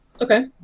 Okay